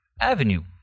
avenue